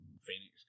Phoenix